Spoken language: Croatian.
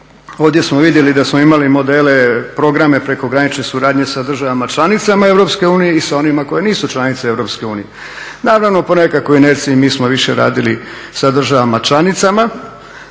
Ovdje smo vidjeli da smo imali modele, programe prekogranične suradnje sa državama članicama EU i sa onima koje nisu članice EU. Naravno, po nekakvoj inerciji mi smo više radili sa državama članicama,